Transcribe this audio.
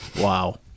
wow